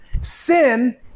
Sin